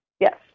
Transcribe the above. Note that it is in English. yes